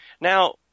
Now